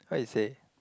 how he say